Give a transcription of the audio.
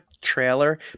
trailer